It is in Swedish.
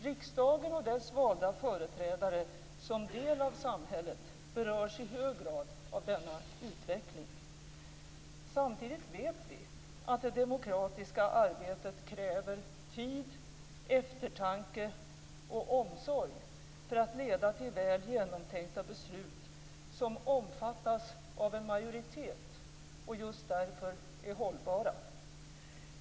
Riksdagen och dess valda företrädare, som del av samhället, berörs i hög grad av denna utveckling. Samtidigt vet vi att det demokratiska arbetet kräver tid, eftertanke och omsorg, för att leda till väl genomtänkta beslut, som omfattas av en majoritet och just därför är hållbara.